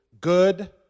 good